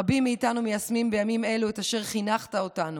רבים מאיתנו מיישמים בימים אלו את אשר חינכת אותנו,